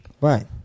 Right